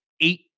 eight